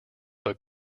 but